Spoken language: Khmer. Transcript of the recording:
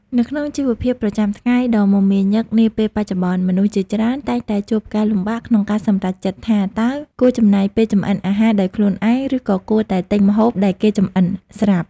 នៅក្នុងជីវភាពប្រចាំថ្ងៃដ៏មមាញឹកនាពេលបច្ចុប្បន្ន មនុស្សជាច្រើនតែងតែជួបការលំបាកក្នុងការសម្រេចចិត្តថាតើគួរចំណាយពេលចម្អិនអាហារដោយខ្លួនឯង ឬក៏គួរតែទិញម្ហូបដែលគេចម្អិនស្រាប់។